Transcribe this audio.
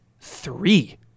three